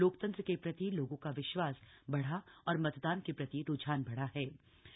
लोकतंत्र के प्रति लोगों का विश्वास बढ़ा और मतदान के प्रति रूझान बढ़ा हा